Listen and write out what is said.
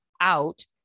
out